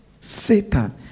Satan